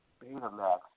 Betamax